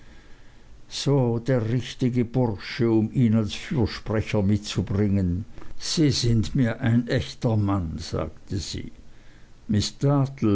so der richtige bursche um ihn als fürsprecher mitzubringen sie sind mir ein echter mann sagte sie